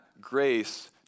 grace